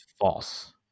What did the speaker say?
false